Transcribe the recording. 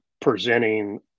presenting